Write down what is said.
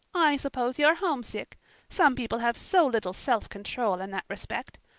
i suppose you're homesick some people have so little self-control in that respect.